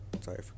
Sorry